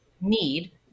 need